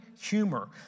humor